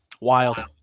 wild